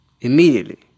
immediately